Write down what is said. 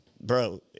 Bro